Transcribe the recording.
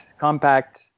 Compact